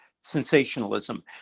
sensationalism